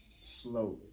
slowly